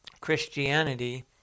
Christianity